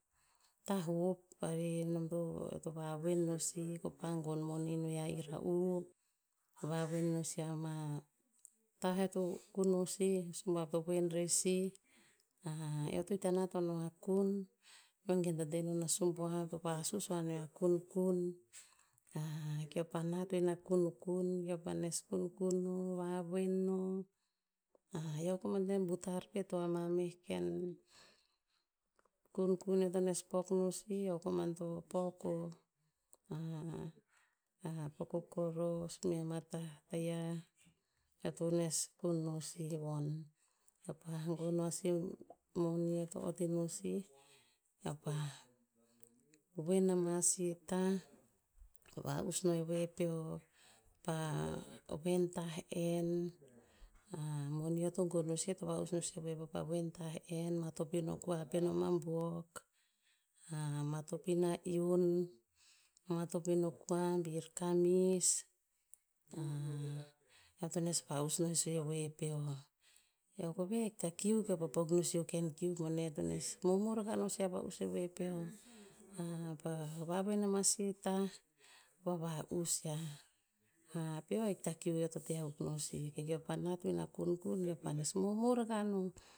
Tah hop, varih nom to, eoto vavuen no sih ko pa gon moni ino iah ira'u, vavuen no sih amatah eoto kun no sih, suboav to voen rer sih eoto to hikta nat ono akun, vegen to tenon a subuav to vasus o aneo kunkun, keopa nat onin a kunkun, keopa nat oina kunkun, keopa nes kunkun no, vavoen no, eoto antoen butar pet oh amameh ken kunkun eoto nes pok no sih, eo koman to pok oh pok o koros mea matah, mata iah eoto nes kun no sih von. Keo pa gon no asi moni eoto ot ino sih, keo pah voen ama si tah, va'us no e voe peo, pa voen tah en, moni eo to gon no sih to va'us no sih e voe peo pa voen tah'en, matop ino kua penom abuok, matop ina iun, matop ino kua bir kamis eo to nes va'us no sih e vue peo. Eokoveh ahik ta kiu keo pa pok nosih o ken kiu boneh tones momor akah no sih va'us e vue peo. Pa vavoen ina ama si tah, pa va'us iah. Peo ahik ta kiu, eo to te a kuk no sih, keo pa nat ohin a kunkun eo panes momor akah no